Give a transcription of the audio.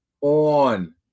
on